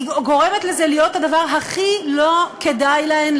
היא גורמת לזה להיות הדבר הכי לא כדאי להן,